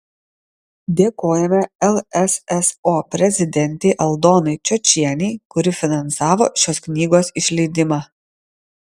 dėkojame lsso prezidentei aldonai čiočienei kuri finansavo šios knygos išleidimą